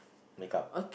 makeup